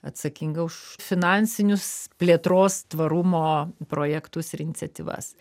atsakinga už finansinius plėtros tvarumo projektus ir iniciatyvas